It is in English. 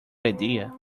idea